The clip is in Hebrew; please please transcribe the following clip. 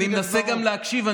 אני מנסה גם להקשיב.